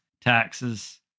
taxes